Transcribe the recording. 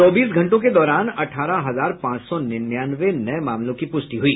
चौबीस घंटों के दौरान अठारह हजार पांच सौ निन्यानवे नये मामलों की पुष्टि हुई